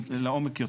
לעומק,